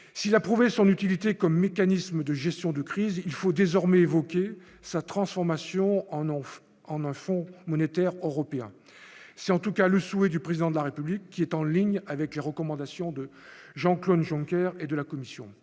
s'il l'a prouvé son utilité comme mécanisme de gestion de crise, il faut désormais sa transformation en off en un fonds monétaire européen, c'est en tout cas le souhait du président de la République qui est en ligne avec les recommandations de Jean-Claude Junker et de la Commission,